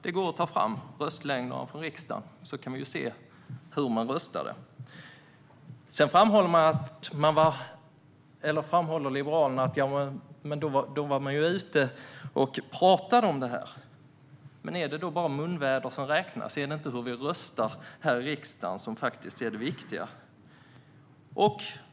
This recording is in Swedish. Det går att ta fram röstresultatet från riksdagen, så kan man se hur vi röstade. Liberalerna framhåller att då var de ju ute och pratade om det här. Men är det då bara munväder som räknas? Är det inte hur vi röstar här i riksdagen som är det viktiga?